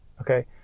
okay